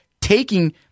taking